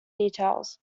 details